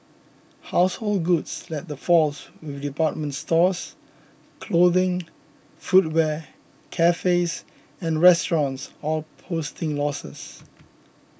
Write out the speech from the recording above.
household goods led the falls with department stores clothing footwear cafes and restaurants all posting losses